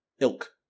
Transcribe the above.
ilk